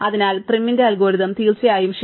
അതിനാൽ പ്രൈമിന്റെ അൽഗോരിതം തീർച്ചയായും ശരിയാണ്